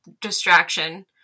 distraction